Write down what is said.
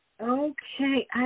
Okay